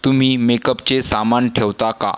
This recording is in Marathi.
तुम्ही मेकअपचे सामान ठेवता का